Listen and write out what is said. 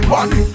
one